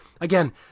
again